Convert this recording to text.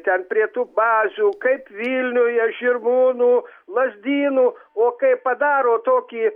ten prie tų bazių kaip vilniuje žirmūnų lazdynų o kai padaro tokį